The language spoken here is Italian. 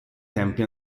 tempi